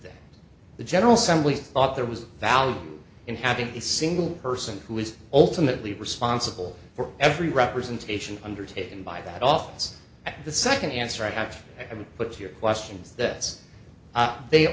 that the general simply thought there was value in having a single person who is ultimately responsible for every representation undertaken by that office the second answer i've put your questions th